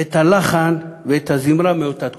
את הלחן ואת הזמרה מאותה התקופה.